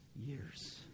years